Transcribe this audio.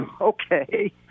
okay